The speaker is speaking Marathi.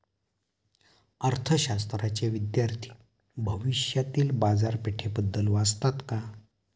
अर्थशास्त्राचे विद्यार्थी भविष्यातील बाजारपेठेबद्दल वाचतात का?